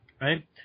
right